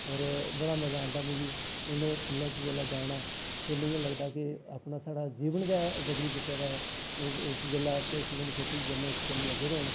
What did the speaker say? और बड़ा मजा औंदा मिगी इ'नें फुल्लें च जेल्लै जाना फुल्ल इ'यां लगदा कि अपना साढ़ा जीवन गै बदली चुके दा ऐ जेल्लै असें फुल्लें दी खेती च जन्ने फुल्ल लग्गे दे होन